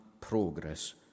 progress